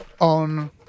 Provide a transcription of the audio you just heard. on